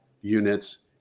units